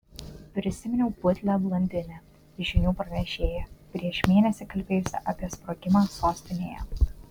prisiminiau putlią blondinę žinių pranešėją prieš mėnesį kalbėjusią apie sprogimą sostinėje